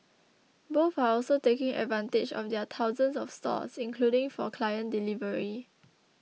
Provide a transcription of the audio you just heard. both are also taking advantage of their thousands of stores including for client delivery